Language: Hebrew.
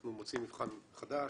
אנחנו מוציאים מבחן חדש.